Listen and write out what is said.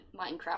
Minecraft